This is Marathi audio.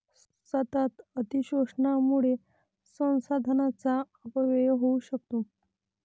सतत अतिशोषणामुळे संसाधनांचा अपव्यय होऊ शकतो